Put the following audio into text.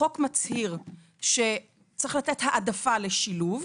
החוק מצהיר, שצריך לתת העדפה לשילוב,